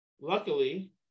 Luckily